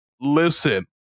Listen